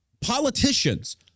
Politicians